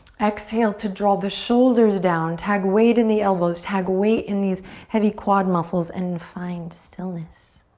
exhale to draw the shoulders down. tag weight in the elbows, tag weight in these heavy quad muscles and find stillness.